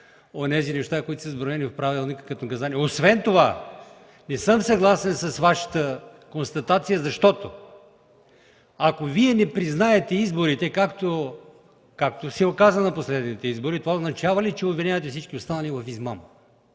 онези неща, изброени в правилника, като указания. Освен това, не съм съгласен с Вашата констатация. Ако Вие не признаете изборите, както се оказа на последните избори, това означава ли, че обвинявате всички останали в измама?